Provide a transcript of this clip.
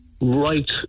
right